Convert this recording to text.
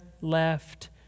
left